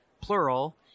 plural